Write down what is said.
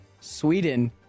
Sweden